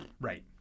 Right